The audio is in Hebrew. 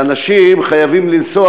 והאנשים חייבים לנסוע